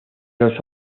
los